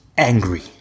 angry